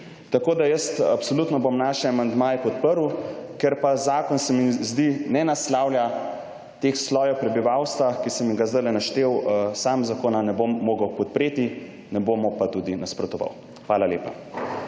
Tako da jaz absolutno bom naše amandmaje podprl. Ker pa zakon se mi zdi ne naslavlja teh slojev prebivalstva, ki sem ga zdajle naštel, sam zakona ne bom mogel podpreti, ne bom mu pa tudi nasprotoval. Hvala lepa.